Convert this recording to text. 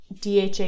DHA